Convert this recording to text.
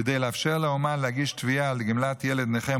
כדי לאפשר לאומן להגיש תביעה לגמלת ילד נכה,